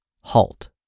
HALT